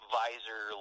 visor